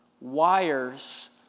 wires